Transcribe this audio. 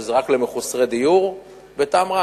שזה רק למחוסרי דיור בתמרה,